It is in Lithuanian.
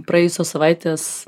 praėjusios savaitės